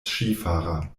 skifahrer